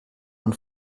und